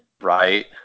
Right